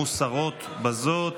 מוסרות בזאת.